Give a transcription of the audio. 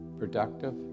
productive